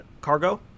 cargo